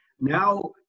now